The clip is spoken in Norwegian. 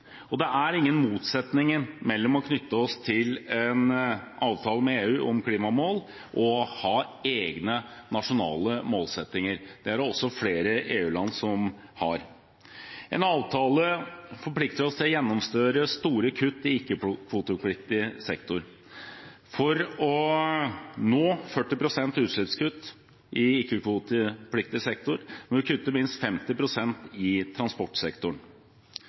forpliktende. Det er ingen motsetning mellom det å knytte oss til en avtale med EU om klimamål og det å ha egne nasjonale målsettinger. Det er det også flere EU-land som har. En avtale forplikter oss til å gjennomføre store kutt i ikke-kvotepliktig sektor. For å nå 40 pst. utslippskutt i ikke-kvotepliktig sektor, må vi kutte minst 50 pst. i transportsektoren.